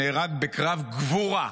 נהרג בקרב גבורה.